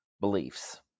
beliefs